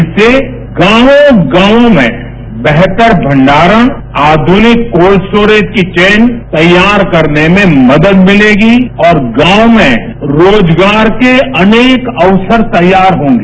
इससे गांव गांव में बेहतर भप्डारण आधुनिक कोस्टोरेज की चेन तैयार करने में मदद मिलेगी और गांव में रोजगार के अनेक अवसर तैयार होंगे